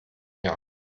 jahr